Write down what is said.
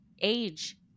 age